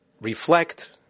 reflect